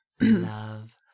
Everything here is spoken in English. Love